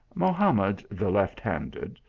mohamed, the left-handed,